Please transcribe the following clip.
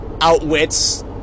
outwits